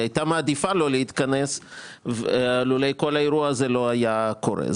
היא הייתה מעדיפה לא להתכנס לולא כל האירוע הזה לא היה קורה.